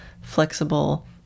flexible